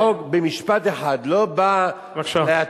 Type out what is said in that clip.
אני חושב שהחוק, במשפט אחד, לא בא, בבקשה.